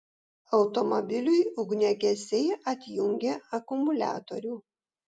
automobiliui ugniagesiai atjungė akumuliatorių